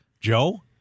Joe